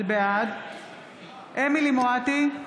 בעד אמילי חיה מואטי,